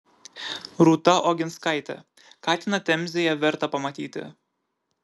rūta oginskaitė katiną temzėje verta pamatyti